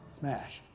smash